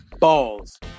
balls